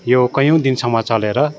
यो कयौँ दिनसम्म चलेर